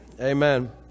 Amen